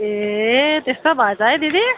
ए त्यस्तो भएछ है दिदी